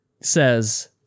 says